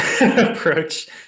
approach